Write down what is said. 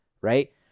right